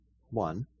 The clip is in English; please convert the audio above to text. one